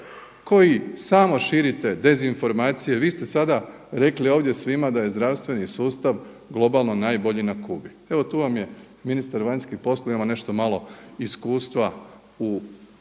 koji samo širite dezinformacije. Vi ste sada rekli ovdje svima da je zdravstveni sustav globalno najbolji na Kubi. Evo tu vam je ministar vanjskih poslova, ima nešto malo iskustva u